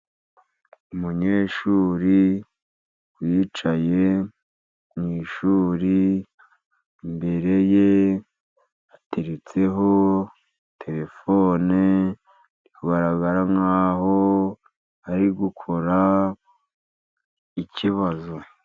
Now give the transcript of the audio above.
Umunyeshuri wicaye mu ishuri. Imbere ye hateretseho telefone, bigaragara nk'aho ari gukora ikibazo.